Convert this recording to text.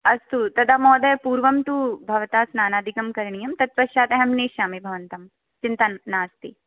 अस्तु तदा महोदय पूर्वं तु भवता स्नानादिकं करणीयं तत्पश्चात् अहं नेष्यामि भवन्तं चिन्ता नास्ति